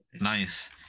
Nice